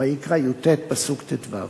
ויקרא י"ט, פסוק ט"ו.